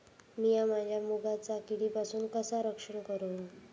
मीया माझ्या मुगाचा किडीपासून कसा रक्षण करू?